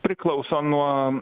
priklauso nuo